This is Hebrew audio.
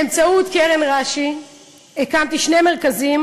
באמצעות קרן רש"י הקמתי שני מרכזים